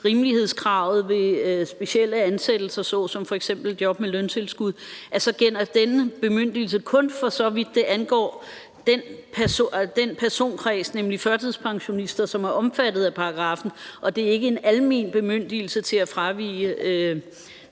rimelighedskravet ved specielle ansættelser såsom job med løntilskud, så gælder denne bemyndigelse kun, for så vidt angår den personkreds, nemlig førtidspensionister, som er omfattet af paragraffen, og at det ikke er en almen bemyndigelse til at fravige